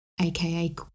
aka